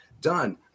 done